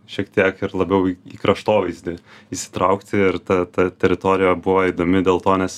šiek tiek ir labiau į kraštovaizdį įsitraukti ir ta ta teritorija buvo įdomi dėl to nes